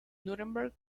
núremberg